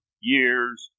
years